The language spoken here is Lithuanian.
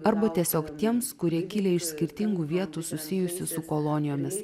arba tiesiog tiems kurie kilę iš skirtingų vietų susijusių su kolonijomis